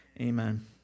Amen